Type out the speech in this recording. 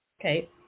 Okay